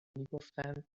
میگفتند